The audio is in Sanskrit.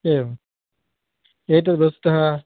एवम् एतद् वस्तुतः